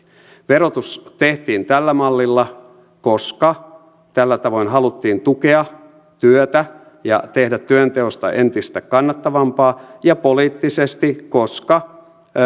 verotus tehtiin tällä mallilla koska tällä tavoin haluttiin tukea työtä ja tehdä työnteosta entistä kannattavampaa ja poliittisesti koska